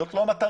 זאת לא המטרה.